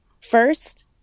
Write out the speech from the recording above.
First